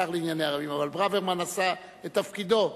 לשר לענייני ערבים, אבל ברוורמן עשה את תפקידו.